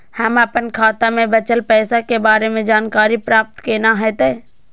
हम अपन खाता में बचल पैसा के बारे में जानकारी प्राप्त केना हैत?